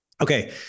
Okay